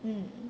mm